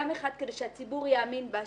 גם אחת כזאת שהציבור יאמין בה,